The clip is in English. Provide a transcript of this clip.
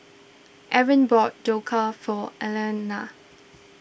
Arlen bought Dhokla for Elaina